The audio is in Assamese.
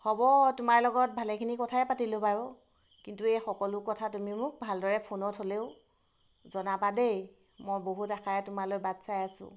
হ'ব তোমাৰ লগত ভালেখিনি কথাই পাতিলোঁ বাৰু কিন্তু এই সকলো কথা তুমি মোক ভালদৰে ফোনত হ'লেও জনাবা দেই মই বহুত আশাৰে তোমালৈ বাট চাই আছোঁ